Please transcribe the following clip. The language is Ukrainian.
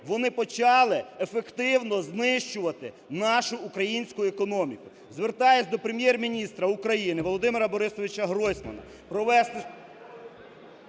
вони почали ефективно знищувати нашу українську економіку. Звертаюся до Прем'єр-міністра України Володимира Борисовича Гройсмана,